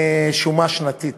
שומה שנתית